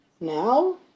Now